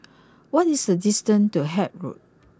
what is the distance to Haig Road